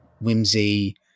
whimsy